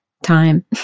time